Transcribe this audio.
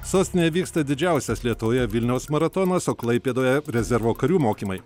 sostinėje vyksta didžiausias lietuvoje vilniaus maratonas o klaipėdoje rezervo karių mokymai